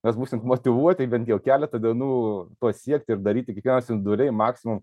mes būsim motyvuoti bent jau keletą dienų pasiekti ir daryti kiekvienas individualiai maksimumum